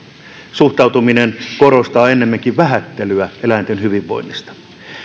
suhtautuminen korostaa ennemminkin vähättelyä eläinten hyvinvoinnista